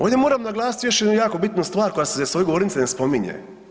Ovdje moram naglasit još jednu jako bitnu stvar koja se s ove govornice ne spominje.